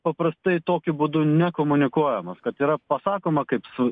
paprastai tokiu būdu nekomunikuojamos kad yra pasakoma kaip su